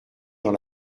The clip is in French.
dans